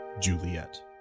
Juliet